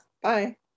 Bye